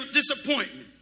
disappointment